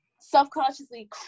self-consciously